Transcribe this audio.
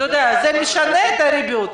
אתה יודע, זה משנה את הריביות.